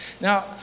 Now